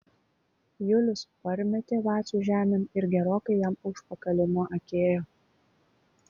julius parmetė vacių žemėn ir gerokai jam užpakalį nuakėjo